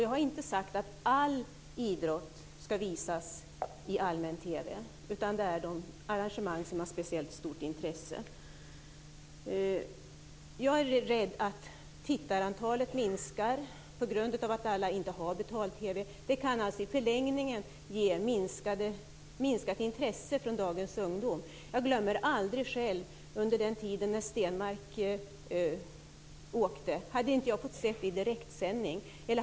Jag har inte sagt att all idrott skall visas i allmän TV. Det är de arrangemang som har speciellt stort intresse. Jag är rädd för att tittarantalet minskar på grund av att alla inte har betal-TV. Det kan alltså i förlängningen ge minskat intresse från dagens ungdom. Jag glömmer själv aldrig den tiden då Stenmark åkte och jag såg det i direktsändning.